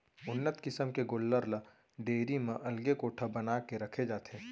उन्नत किसम के गोल्लर ल डेयरी म अलगे कोठा बना के रखे जाथे